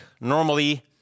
Normally